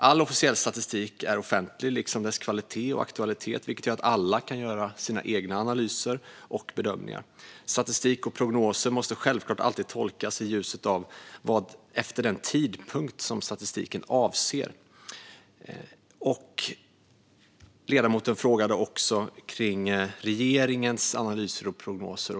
All officiell statistik är offentlig, liksom dess kvalitet och aktualitet, vilket gör att alla kan göra sina egna analyser och bedömningar. Statistik och prognoser måste självklart alltid tolkas utifrån den tidpunkt som statistiken avser. Ledamoten frågade också om regeringens analyser och prognoser.